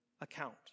account